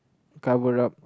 cover up